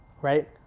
right